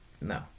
No